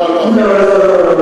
לא לא לא,